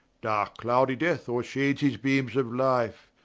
darke cloudy death ore-shades his beames of life,